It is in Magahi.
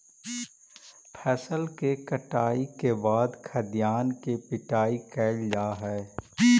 फसल के कटाई के बाद खाद्यान्न के पिटाई कैल जा हइ